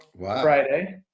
Friday